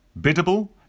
Biddable